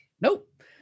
Nope